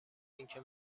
اینکه